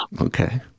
okay